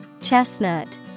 Chestnut